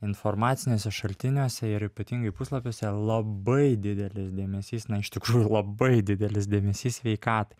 informaciniuose šaltiniuose ir ypatingai puslapiuose labai didelis dėmesys na iš tikrųjų labai didelis dėmesys sveikatai